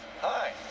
Hi